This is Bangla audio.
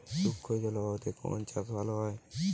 শুষ্ক জলবায়ুতে কোন চাষ ভালো হয়?